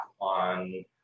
on